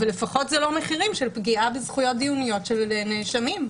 אבל לפחות זה לא מחירים של פגיעה בזכויות דיוניות של נאשמים.